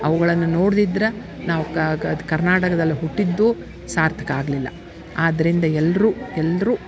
ಅವುಗಳನ್ನ ನೋಡ್ದಿದ್ರ ನಾವು ಕ ಕ ಅದು ಕರ್ನಾಟಕದಲ್ಲಿ ಹುಟ್ಟಿದ್ದು ಸಾರ್ಥಕ ಆಗಲಿಲ್ಲ ಆದ್ದರಿಂದ ಎಲ್ಲರೂ ಎಲ್ಲರೂ